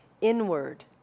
inward